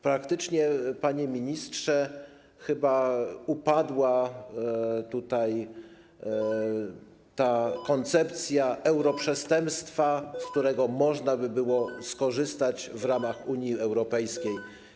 Praktycznie, panie ministrze, chyba upadła koncepcja europrzestępstwa, z której można by było skorzystać w ramach Unii Europejskiej.